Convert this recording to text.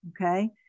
Okay